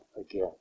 again